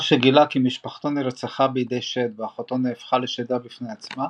לאחר שגילה כי משפחתו נרצחה בידי שד ואחותו נהפכה לשדה בפני עצמה,